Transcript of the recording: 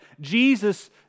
Jesus